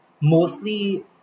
mostly